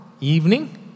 Evening